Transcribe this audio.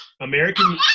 American